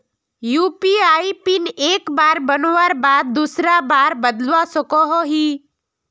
UPI PIN एक बार बनवार बाद दूसरा बार बदलवा सकोहो ही?